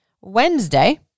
Wednesday